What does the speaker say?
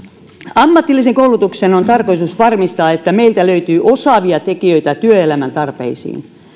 ammatillisen koulutuksen on tarkoitus varmistaa että meiltä löytyy osaavia tekijöitä työelämän tarpeisiin